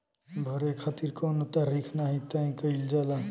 भरे खातिर कउनो तारीख नाही तय कईल जाला